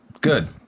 Good